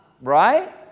right